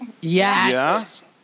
Yes